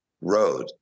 road